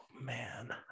man